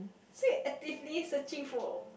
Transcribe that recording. so you actively searching for